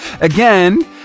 Again